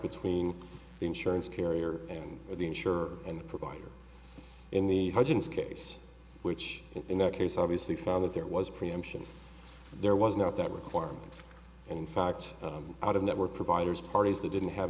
between the insurance carrier and the insurer and the provider in the hudgens case which in that case obviously found that there was preemption there was not that requirement and in fact out of network providers parties they didn't have